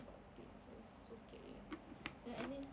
about things and it was so scary then I think